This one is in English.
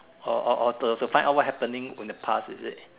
oh oh oh to to find out what happening in the past is it